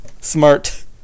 Smart